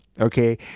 okay